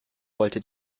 wollte